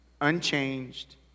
unchanged